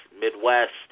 Midwest